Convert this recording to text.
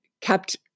kept